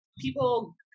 people